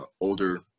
older